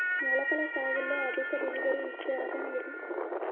మొలకల సాగులో అధిక దిగుబడి ఇచ్చే రకం ఏది?